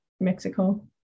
Mexico